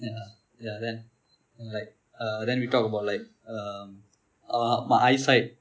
ya and then we talk about like erm[eh]my eyesight